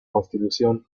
constitución